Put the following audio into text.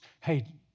hey